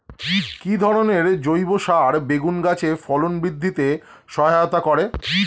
কি ধরনের জৈব সার বেগুন গাছে ফলন বৃদ্ধিতে সহায়তা করে?